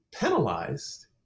penalized